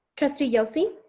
trustee yelsey.